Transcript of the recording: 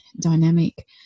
dynamic